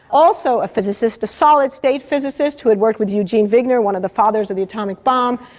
also a physicist, a solid state physicist who had worked with eugene wigner, one of the fathers of the atomic bomb,